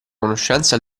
conoscenza